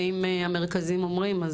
ואם המרכזים אומרים.